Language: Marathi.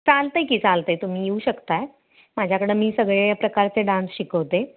चालतं आहे की चालतं आहे तुम्ही येऊ शकताय माझ्याकडं मी सगळे प्रकारचे डान्स शिकवते